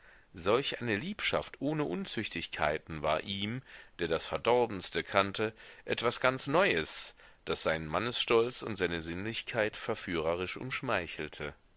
solch eine liebschaft ohne unzüchtigkeiten war ihm der das verdorbenste kannte etwas ganz neues das seinen mannesstolz und seine sinnlichkeit verführerisch umschmeichelte